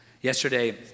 Yesterday